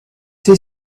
see